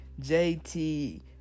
JT